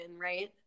right